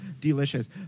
Delicious